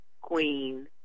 Queen